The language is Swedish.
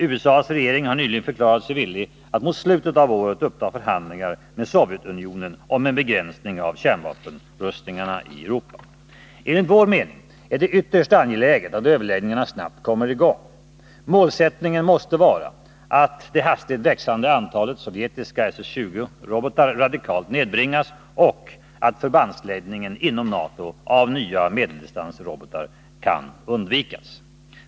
USA:s regering har nyligen förklarat sig villig att mot slutet av året uppta förhandlingar med Sovjetunionen om en begränsning av kärnvapenupprustningen i Europa. Enligt vår mening är det ytterst angeläget att överläggningar snabbt kommer i gång. Målsättningen måste vara att det hastigt växande antalet sovjetiska SS 20-robotar radikalt nedbringas och att förbandsläggningen inom NATO av nya medeldistansrobotar kan undvikas.